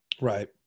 Right